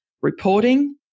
reporting